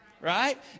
right